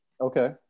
okay